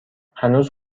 هنوز